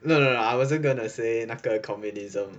no no no I wasn't gonna say 那个 communism